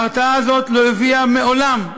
ההרתעה הזאת לא הביאה מעולם,